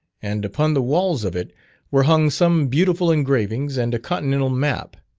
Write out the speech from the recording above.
and upon the walls of it were hung some beautiful engravings and a continental map.